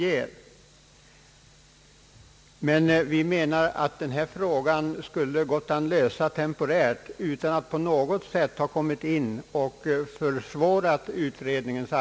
Reservanterna anser emellertid att denna fråga borde ha kunnat lösas temporärt utan att utredningens arbete därmed på något sätt hade försvårats.